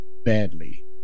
badly